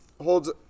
holds